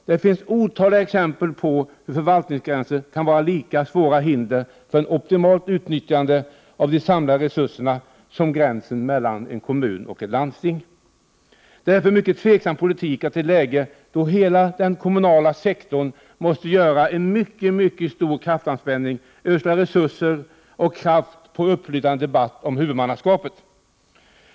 Det finns otaliga exempel på hur förvaltningsgränser kan vara lika svåra hinder för ett optimalt utnyttjande av de samlade resurserna som gränsen mellan en kommun och ett landsting. Det är en mycket tvivelaktig politik att i ett läge då hela den kommunala sektorn måste göra en mycket stor kraftanspänning och ödsla resurser och kraft på en uppslitande debatt Prot. 1988/89:129 om huvudmannaskap.